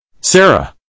Sarah